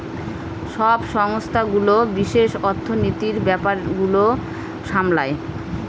সব সংস্থাগুলো বিশেষ অর্থনীতির ব্যাপার গুলো সামলায়